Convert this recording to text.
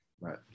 Right